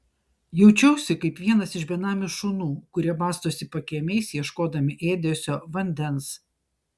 jaučiausi kaip vienas iš benamių šunų kurie bastosi pakiemiais ieškodami ėdesio vandens